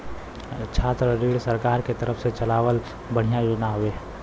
छात्र ऋण सरकार के तरफ से चलावल बढ़िया योजना हौवे